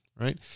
Right